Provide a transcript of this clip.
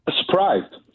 Surprised